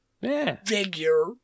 figure